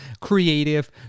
creative